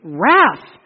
wrath